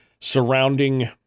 surrounding